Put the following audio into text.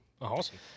Awesome